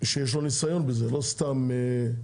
אדריכל שיש לו ניסיון בזה, לא סתם אחד,